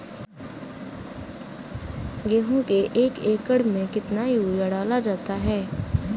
गेहूँ के एक एकड़ में कितना यूरिया डाला जाता है?